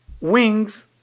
wings